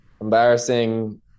embarrassing